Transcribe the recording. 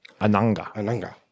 Ananga